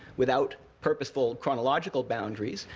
without purposeful chronological boundaries,